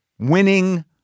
winning